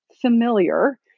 familiar